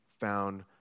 found